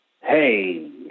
Hey